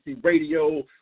Radio